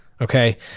okay